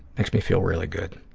makes me feel really good.